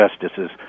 justices